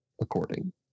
according